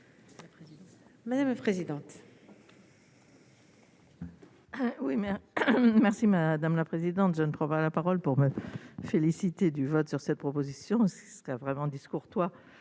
madame la présidente.